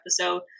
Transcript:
episode